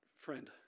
Friend